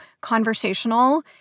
conversational